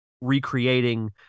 recreating